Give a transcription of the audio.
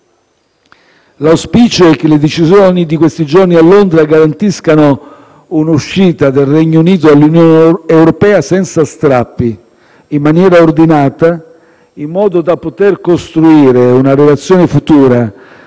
L'auspicio è che le decisioni di questi giorni a Londra garantiscano un'uscita del Regno Unito dall'Unione europea senza strappi, in maniera ordinata, in modo da poter costruire una relazione futura